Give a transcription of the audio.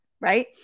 right